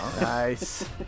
Nice